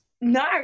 no